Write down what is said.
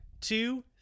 two